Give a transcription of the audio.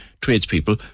tradespeople